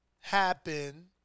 happen